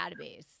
database